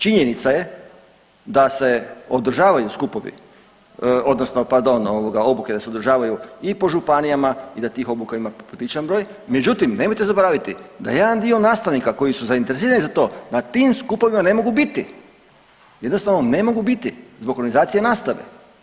Činjenica je da se održavaju skupovi odnosno pardon obuke da se održavaju i po županijama i da tih obuka ima popriličan broj, međutim nemojte zaboraviti da jedan dio nastavnika koji su zainteresirani za to na tim skupovima ne mogu biti, jednostavno ne mogu biti zbog organizacije nastave.